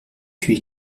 fut